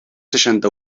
seixanta